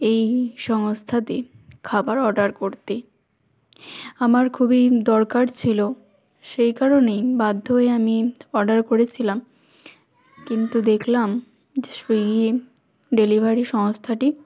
এই সংস্থাতেই খাবার অর্ডার করতে আমার খুবই দরকার ছিলো সেই কারণেই বাধ্য হয়ে আমি অর্ডার করেছিলাম কিন্তু দেখলাম যে সুইগি ডেলিভারি সংস্থাটি